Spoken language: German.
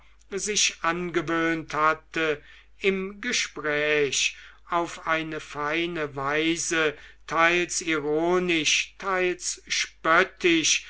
sich angewöhnt hatte im gespräch auf eine feine weise teils ironisch teils spöttisch